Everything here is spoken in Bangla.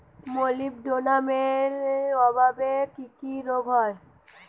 মলিবডোনামের অভাবে কি কি রোগ হয়?